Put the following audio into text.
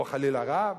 או חלילה רב?